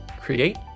create